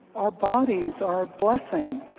our bodies are a blessing.